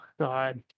God